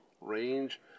range